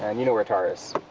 um you know where tara is?